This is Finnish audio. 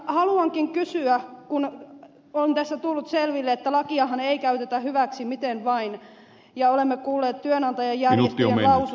haluankin esittää kysymyksen kun on tässä tullut selville että lakiahan ei käytetä hyväksi miten vain ja olemme kuulleet työnantajajärjestöjen lausunnot